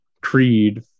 creed